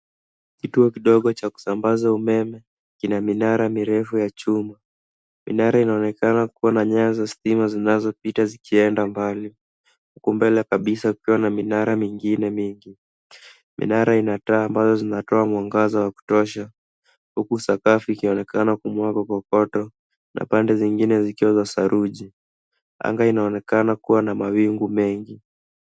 Kituo kidogo cha kusambaza umeme kina minara mirefu ya chuma, minara inaonekana kua na nyaya za stima zinazoenda mbali huku mbele kabisa kukiwa na minara mingine mingi. Minara ina taa ambazo zinatoa mwangaza wa kutosha huku sakafu ikionekana kumwagwa kokoto na pande zingine zikiwa za saruji. Anga inaonekana kua na mawingu mengi.